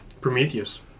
Prometheus